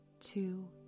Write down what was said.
two